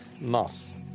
moss